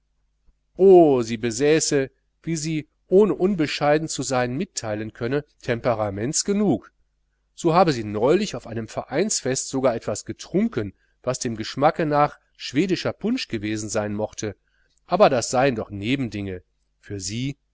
oh sie besäße wie sie ohne unbescheiden zu sein mitteilen könne temperaments genug so habe sie neulich auf einem vereinsfest sogar etwas getrunken was dem geschmacke nach schwedischer punsch gewesen sein mochte aber das seien doch nebendinge für sie